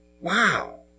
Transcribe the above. Wow